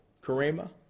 Karema